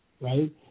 right